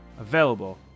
available